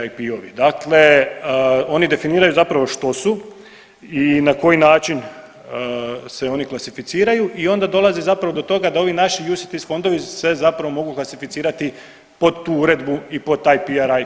IP-ovi, dakle oni definiraju zapravo što su i na koji način se oni klasificiraju i onda dolazi zapravo do toga da ovi naši UCITS fondovi se zapravo mogu klasificirati pod tu uredbu i pod taj PR.